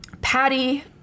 Patty